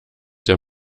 der